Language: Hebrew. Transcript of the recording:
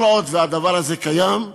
כל עוד הדבר הזה קיים,